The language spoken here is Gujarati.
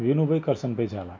વિનુભૈ કરસનભૈ ઝાલા